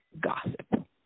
gossip